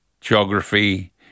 geography